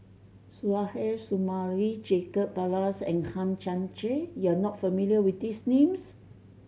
Suzairhe Sumari Jacob Ballas and Hang Chang Chieh you are not familiar with these names